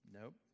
Nope